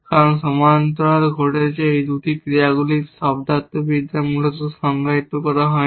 কারণ সমান্তরালভাবে ঘটছে এই 2টি ক্রিয়াগুলির শব্দার্থবিদ্যা মূলত সংজ্ঞায়িত করা হয় না